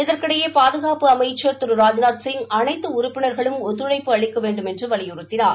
இதற்கிடையே பாதுகாப்பு அமைச்ன் திரு ராஜ்நாத்சிய் அனைத்து உறுப்பினா்களும் ஒத்துழைப்பு அளிக்க வேண்டுமென்று வலியுறுத்தினார்